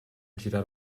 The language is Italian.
girare